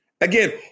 Again